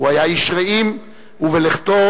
הוא היה איש רעים, ובלכתו